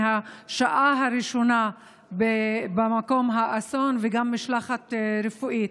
מהשעה הראשונה במקום האסון וגם משלחת רפואית.